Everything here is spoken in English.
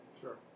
Sure